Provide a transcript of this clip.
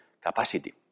capacity